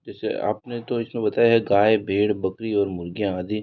जैसे आपने तो इसमें बताया है गाय भेड़ बकरी और मुर्ग़ियाँ आदि